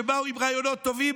כשבאו עם רעיונות טובים,